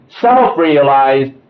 self-realized